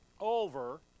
over